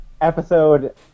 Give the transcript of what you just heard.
episode